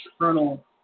internal